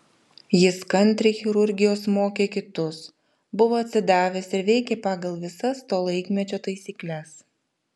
jis kantriai chirurgijos mokė kitus buvo atsidavęs ir veikė pagal visas to laikmečio taisykles